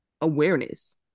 awareness